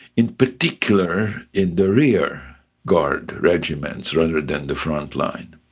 in particular in the rear guard regiments rather than the front-line.